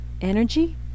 energy